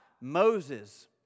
Moses